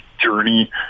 journey